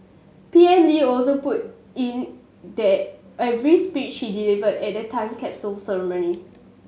P M Lee also put in the every speech he delivered at the time capsule ceremony